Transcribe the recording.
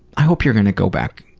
i hope you're gonna go back